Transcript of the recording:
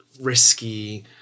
risky